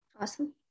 Awesome